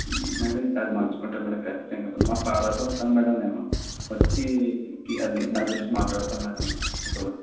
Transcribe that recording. madam ఈ సారి మార్చుకుంటాను మేడం ఖచ్చితంగా మా ఫాదర్తో వస్తాను మేడం నేను వచ్చి ఇ అది దాని గురించి మాట్లాడతాను మేడం